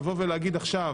לבוא ולהגיד עכשיו,